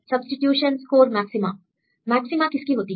substitution score maxima Refer Time 1830 maxima किसकी होती है